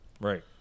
Right